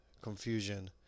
confusion